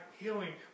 healing